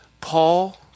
Paul